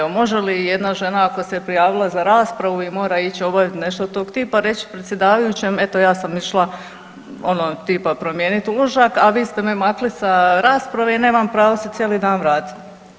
Pa može li jedna žena ako se prijavila za raspravu i mora ići obaviti nešto tog tipa reći predsjedavajućem eto ja sam išla ono tipa promijeniti uložak, a vi ste me makli sa rasprave i nemam pravo se cijeli dan vratiti.